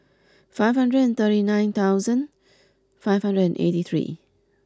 five hundred and thirty nine thousand five hundred and eighty three